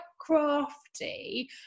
crafty